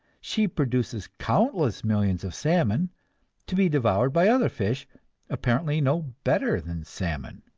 she produces countless millions of salmon to be devoured by other fish apparently no better than salmon.